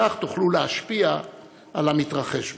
כך תוכלו להשפיע על המתרחש בה.